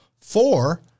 Four